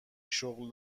شغل